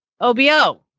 OBO